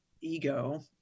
ego